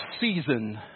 season